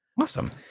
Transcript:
Awesome